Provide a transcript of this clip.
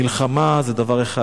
מלחמה זה דבר אחד,